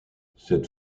cette